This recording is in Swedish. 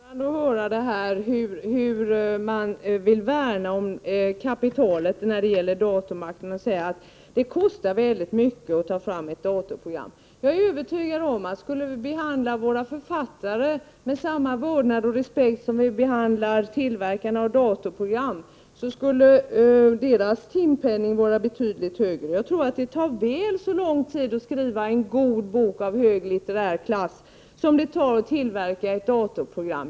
Herr talman! Det är rörande att höra hur socialdemokraterna vill värna om kapitalet när det gäller datormarknaden. Inger Hestvik säger att det kostar väldigt mycket att ta fram ett datorprogram. Jag är övertygad om att om man skulle behandla våra författare med samma vördnad och respekt som man behandlar tillverkarna av datorprogram skulle deras timpenning vara betydligt högre. Jag tror att det tar väl så lång tid att skriva en god bok av hög litterär klass som det tar att tillverka datorprogram.